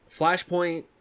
Flashpoint